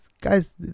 guy's